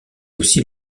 aussi